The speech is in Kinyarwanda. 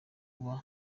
kuba